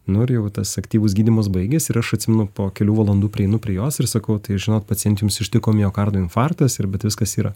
nu ir jau tas aktyvus gydymas baigės ir aš atsimenu po kelių valandų prieinu prie jos ir sakau tai žinot paciente jums ištiko miokardo infarktas ir bet viskas yra